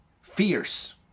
fierce